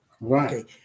right